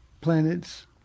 planets